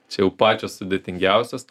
čia jau pačios sudėtingiausios